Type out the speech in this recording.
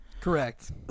Correct